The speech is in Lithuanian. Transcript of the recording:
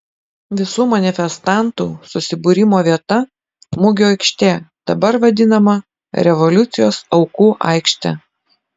visų manifestantų susibūrimo vieta mugių aikštė dabar vadinama revoliucijos aukų aikšte